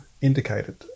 indicated